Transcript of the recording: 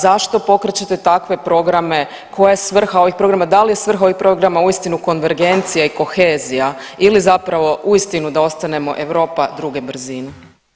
Zašto pokrećete takve programe, koja je svrha ovih programa, da li je svrha ovih programa uistinu konvergencija i kohezija ili zapravo uistinu da ostanemo Europa druge brzine?